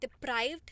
deprived